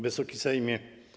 Wysoki Sejmie!